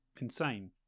insane